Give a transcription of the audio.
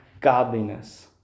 godliness